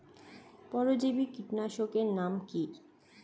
পরজীবী কীটনাশকের নাম কি?